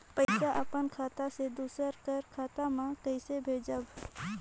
पइसा अपन खाता से दूसर कर खाता म कइसे भेजब?